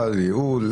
בעד ייעול.